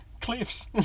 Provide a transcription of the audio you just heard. Cliff's